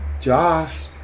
Josh